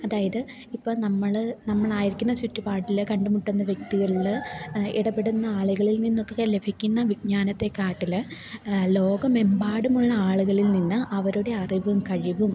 അതായത് ഇപ്പോള് നമ്മള് നമ്മളായിരിക്കുന്ന ചുറ്റുപാടില് കണ്ടുമുട്ടുന്ന വ്യക്തികളില് ഇടപെടുന്ന ആളുകളില് നിന്നൊക്കെ ലഭിക്കുന്ന വിജ്ഞാനത്തെക്കാളും ലോകമെമ്പാടുമുള്ള ആളുകളില് നിന്ന് അവരുടെ അറിവും കഴിവും